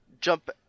jump